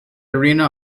arena